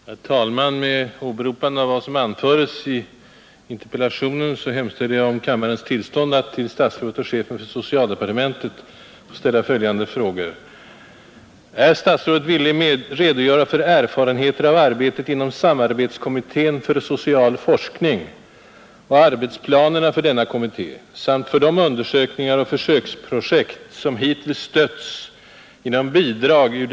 Herr talman! Enligt pressuppgifter har stämbandsoperationer på hundar, med avsikt att förhindra hundens möjlighet att skälla, utförts i vissa fall. Enligt lag om djurskydd 19 maj 1944, 8 2, skall ”djur behandlas väl och såvitt möjligt skyddas för lidande”. Jämlikt brottsbalkens kap. 16, § 13, skall den som utsätter djur för otillbörligt lidande dömas för djurplågeri till böter eller fängelse i högst två år.